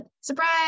surprise